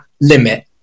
limit